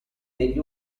degli